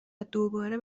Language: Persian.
دوباره